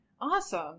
awesome